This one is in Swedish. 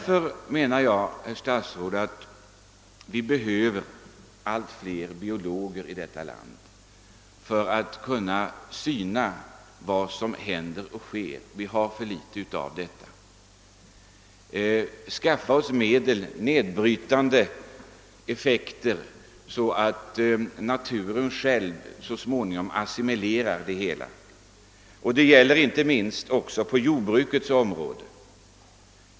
Jag anser alltså, herr statsrådet, att vi behöver allt fler biologer i detta land som kan studera vad som händer och sker och som kan skaffa oss nedbrytbara medel, vilka naturen själv så småningom assimilerar. Detta gäller inte minst på jordbrukets område.